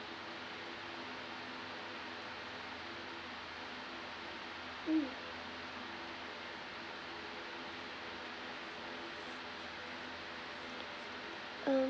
mm um